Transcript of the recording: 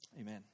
Amen